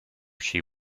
she